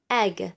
egg